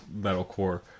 metalcore